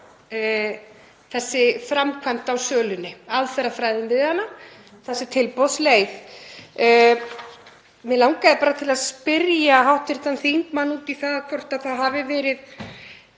þessi framkvæmd á sölunni, aðferðafræðin við hana, þessi tilboðsleið. Mig langaði bara til að spyrja hv. þingmann út í það hvort einhugur hafi verið